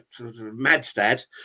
MadStad